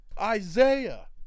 Isaiah